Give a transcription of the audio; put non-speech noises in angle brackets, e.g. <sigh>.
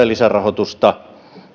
<unintelligible> lisärahoitusta perustienpitoon